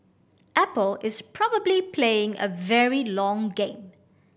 Apple is probably playing a very long game